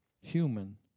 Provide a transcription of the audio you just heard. human